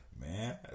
man